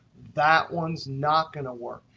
that one's not going to work.